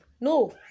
No